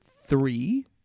three